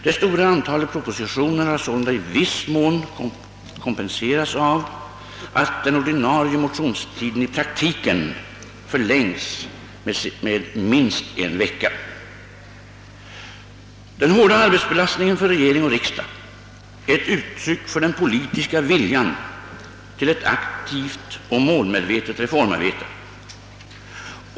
Det stora antalet propositioner har sålunda i viss mån kompenserats av att den ordinarie motionstiden i praktiken förlängts med minst en vecka. Den hårda arbetsbelastningen för regering och riksdag är ett uttryck för den politiska viljan till ett aktivt och målmedvetet reformarbete.